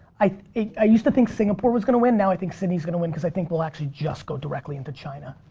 i i used to think singapore was gonna win, now i think sydney's gonna win cause i think we'll actually just go directly into china.